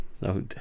no